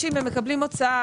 לא, ככל שזה גבוה זה מיטיב.